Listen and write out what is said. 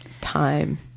Time